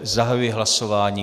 Zahajuji hlasování.